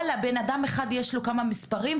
ובנאדם אחד יש לו כמה מספרים,